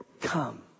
Come